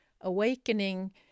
awakening